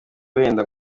wenda